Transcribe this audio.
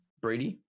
Brady